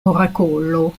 orakolo